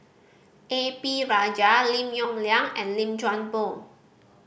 A P Rajah Lim Yong Liang and Lim Chuan Poh